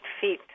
feet